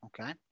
Okay